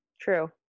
True